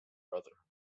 brotherhood